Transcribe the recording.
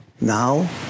Now